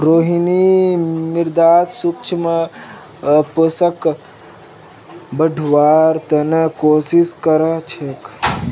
रोहिणी मृदात सूक्ष्म पोषकक बढ़व्वार त न कोशिश क र छेक